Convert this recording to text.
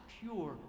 pure